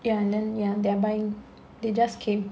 ya and then ya they're buying they just came